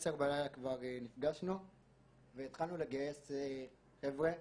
עשר בלילה, והתחלנו לגייס חבר'ה.